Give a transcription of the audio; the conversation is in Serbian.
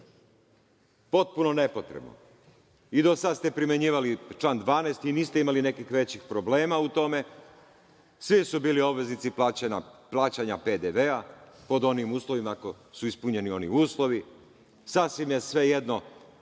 Potpuno nepotrebno. I do sada ste primenjivali član 12. i niste imali nekih većih problema u tome. Svi su bili obveznici plaćanja PDV pod onim uslovima ako su ispunjeni oni uslovi, sasvim je svejedno